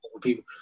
people